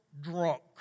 drunk